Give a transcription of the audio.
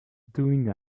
doing